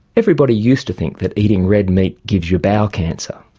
everybody used to think that eating red meat gives you bowel cancer.